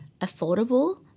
affordable